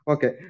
Okay